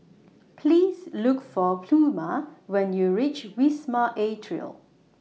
Please Look For Pluma when YOU REACH Wisma Atria